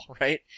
right